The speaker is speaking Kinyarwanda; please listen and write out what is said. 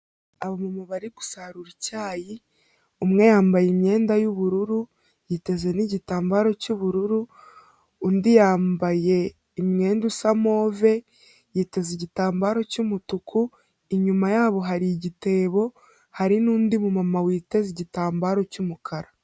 Abamama bari gusarura icyayi, umwe yambaye imyenda y'ubururu, yiteze n'igitambaro cy'ubururu, undi yambaye umwenda usa move, yiteze igitambaro cy'umutuku, inyuma yabo hari igitebo, hari n'undi mumama witeze igitambaro cy'umukara.